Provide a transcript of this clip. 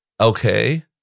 Okay